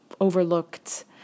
overlooked